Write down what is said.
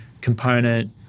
component